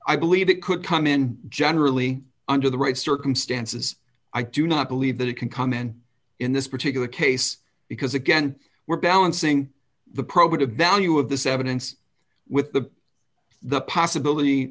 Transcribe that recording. i believe it could come in generally under the right circumstances i do not believe that it can comment in this particular case because again we're balancing the probative value of this evidence with the the possibility